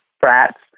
brats